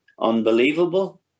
unbelievable